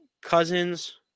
Cousins